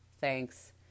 thanks